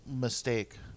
mistake